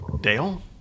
Dale